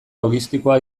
logistikoa